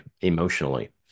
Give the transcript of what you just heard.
emotionally